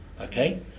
Okay